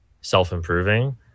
self-improving